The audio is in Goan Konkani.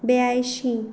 ब्यांयशीं